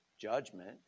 judgment